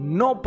no